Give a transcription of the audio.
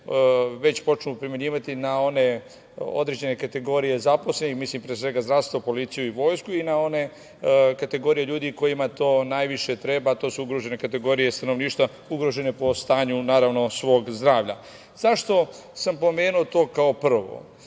već počnu primenjivati na određene kategorije zaposlenih, mislim pre svega na zdravstvo, policiju i vojsku, i na one kategorije ljudi kojima to najviše treba, a to su ugrožene kategorije stanovništva, ugrožene po stanju svog zdravlja.Zašto sam pomenuo to kao prvo?